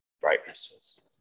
brightnesses